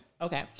Okay